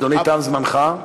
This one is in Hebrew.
אדוני, תם זמנך.